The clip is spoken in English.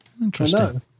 interesting